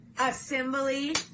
assembly